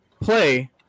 play